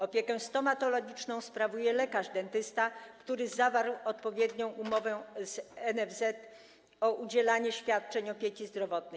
Opiekę stomatologiczną sprawuje lekarz dentysta, który zawarł odpowiednią umowę z NFZ o udzielanie świadczeń opieki zdrowotnej.